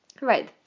Right